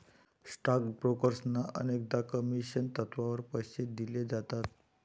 stock ब्रोकर्सना अनेकदा commission तत्त्वावर पैसे दिले जातात